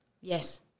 Yes